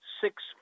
six